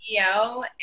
CEO